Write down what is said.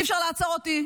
אי אפשר לעצור אותי,